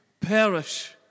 perish